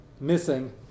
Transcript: missing